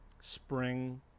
Spring